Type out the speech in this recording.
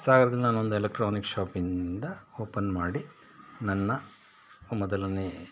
ಸಾಗರ್ದಲ್ಲಿ ನಾನೊಂದು ಎಲೆಕ್ಟ್ರಾನಿಕ್ ಶಾಪಿನಿಂದ ಓಪನ್ ಮಾಡಿ ನನ್ನ ಮೊದಲನೇ